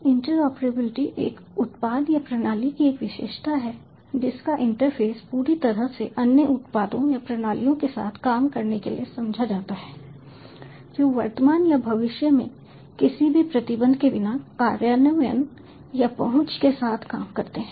interoperability एक उत्पाद या प्रणाली की एक विशेषता है जिसका इंटरफेस पूरी तरह से अन्य उत्पादों या प्रणालियों के साथ काम करने के लिए समझा जाता है जो वर्तमान या भविष्य में किसी भी प्रतिबंध के बिना कार्यान्वयन या पहुंच के साथ काम करते हैं